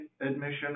admission